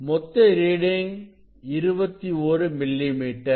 மொத்த reading 21 millimetre